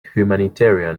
humanitarian